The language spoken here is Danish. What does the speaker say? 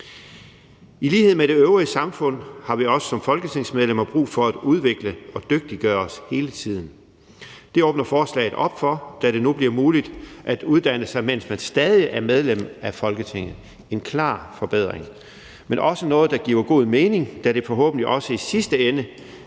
I lighed med det øvrige samfund har vi også som folketingsmedlemmer brug for at udvikle og dygtiggøre os hele tiden. Det åbner forslaget op for, da det nu bliver muligt at uddanne sig, mens man stadig er medlem af Folketinget – en klar forbedring, men også noget, der giver god mening, da det forhåbentlig også i sidste ende